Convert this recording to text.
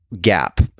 gap